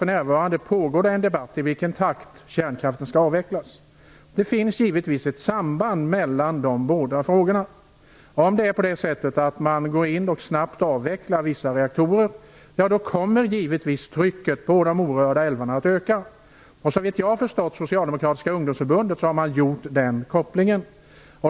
För närvarande pågår det också en debatt om i vilken takt kärnkraften skall avvecklas. Det finns givetvis ett samband mellan de båda frågorna. Om man snabbt avvecklar vissa reaktorer kommer givetvis trycket på de orörda älvarna att öka. Såvitt jag har förstått det socialdemokratiska ungdomsförbundet har man gjort den kopplingen.